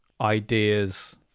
ideas